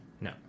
No